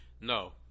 No